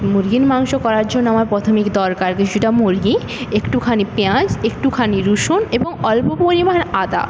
মুরগির মাংস করার জন্য আমার প্রথমেই দরকার কিছুটা মুরগি একটুখানি পেঁয়াজ একটুখানি রসুন এবং অল্প পরিমাণ আদা